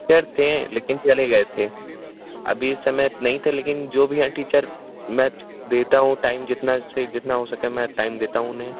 sir थे लिकिन चले गए थे अभी इस समय नहीं थे लेकिन जो भी हैं टीचर मैं देता हूँ टाइम जितना से जितना हो सके मैं टाइम देता हूँ उन्हें